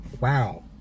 Wow